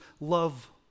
love